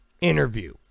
interview